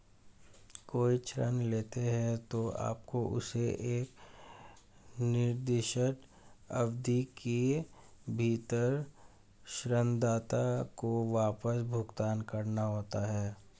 कोई ऋण लेते हैं, तो आपको उसे एक निर्दिष्ट अवधि के भीतर ऋणदाता को वापस भुगतान करना होता है